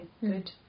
Good